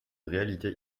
réalité